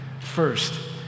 First